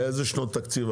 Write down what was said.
באילו שנות תקציב?